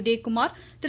Udhayakumar Thiru